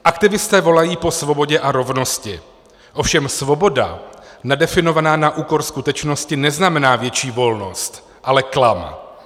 Aktivisté volají po svobodě a rovnosti, ovšem svoboda nadefinovaná na úkor skutečnosti neznamená větší volnost, ale klam.